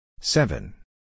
Seven